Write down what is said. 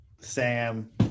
Sam